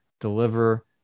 deliver